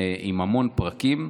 עם המון פרקים.